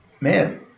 man